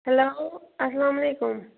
hello اَسَلام علیکُم